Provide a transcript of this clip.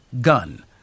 Gun